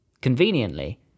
Conveniently